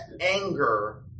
anger